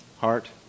heart